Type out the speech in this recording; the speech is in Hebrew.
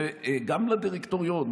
גם לדירקטוריון,